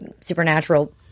supernatural